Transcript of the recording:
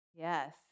Yes